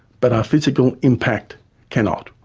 but our physical impact cannot.